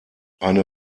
eine